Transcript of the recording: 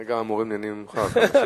כרגע המורים נהנים ממך.